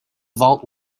vault